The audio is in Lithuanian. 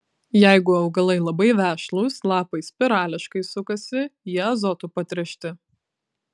jeigu augalai labai vešlūs lapai spirališkai sukasi jie azotu patręšti